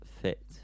fit